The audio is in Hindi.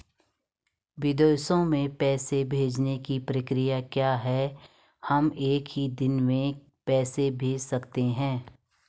विदेशों में पैसे भेजने की प्रक्रिया क्या है हम एक ही दिन में पैसे भेज सकते हैं?